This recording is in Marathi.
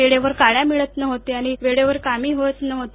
वेळेवर काड्या मिळत नव्हत्या आणि वेळेवर कामही होत नव्हते